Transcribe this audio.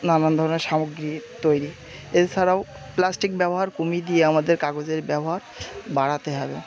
নানান ধরনের সামগ্রী তৈরি এছাড়াও প্লাস্টিক ব্যবহার কমিয়ে দিয়ে আমাদের কাগজের ব্যবহার বাড়াতে হবে